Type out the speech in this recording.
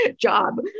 job